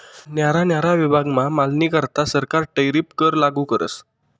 न्यारा न्यारा विभागमा मालनीकरता सरकार टैरीफ कर लागू करस